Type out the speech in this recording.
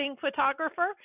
photographer